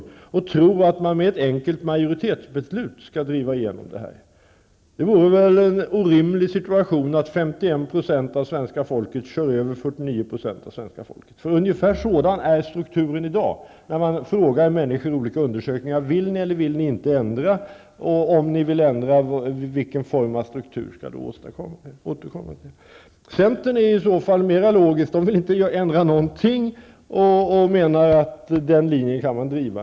Det är fel att tro att man genom ett enkelt majoritetsbeslut kan driva igenom det här. Det vore väl orimligt om 51 % av svenska folket skulle köra över de övriga 49 procenten -- ungefär så ser det ut i dag. Det framgår av olika undersökningar där människor får svara på följande frågor: Vill ni eller vill ni inte ha en ändring? Om ni vill ändra, vilken form av struktur skall då åstadkommas? I centern är man mera logisk. Där vill man inte ändra någonting. I centern menar man att den här aktuella linjen kan drivas.